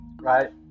right